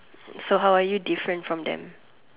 so how are you different from them